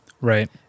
Right